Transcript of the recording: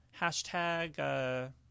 hashtag